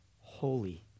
holy